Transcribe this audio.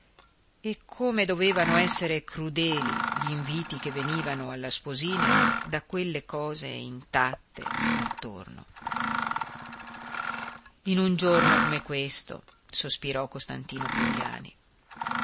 speranze e come dovevano esser crudeli gl'inviti che venivano alla sposina da quelle cose intatte attorno in un giorno come questo sospirò costantino pogliani